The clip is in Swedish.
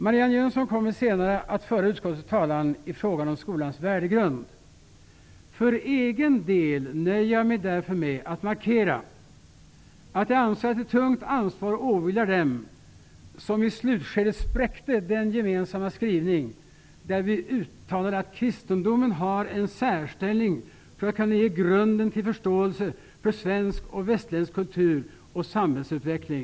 Marianne Jönsson kommer senare att föra utskottets talan i frågan om skolans värdegrund. För egen del nöjer jag mig därför med att markera att jag anser att ett tungt ansvar åvilar dem som i slutskedet spräckte den gemensamma skrivningen, där vi uttalade att kristendomen har en särställning för att kunna ge grunden till förståelse för svensk och västerländsk kultur och samhällsutveckling.